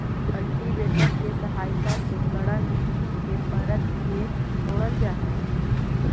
cultivator के सहायता से कड़ा मट्टी के परत के तोड़ल जा हई